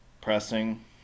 pressing